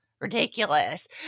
ridiculous